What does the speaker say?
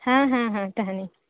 ᱦᱮᱸ ᱦᱮᱸ ᱦᱮᱸ ᱛᱟᱸᱦᱮᱱᱟᱹᱧ